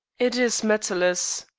it is matterless.